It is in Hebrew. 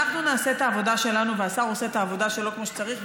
אנחנו נעשה את העבודה שלנו והשר עושה את העבודה שלו כמו שצריך,